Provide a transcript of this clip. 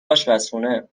آشپزخونه